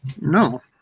No